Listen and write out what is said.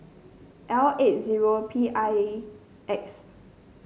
L eight zero P I X